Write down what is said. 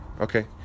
okay